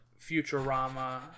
Futurama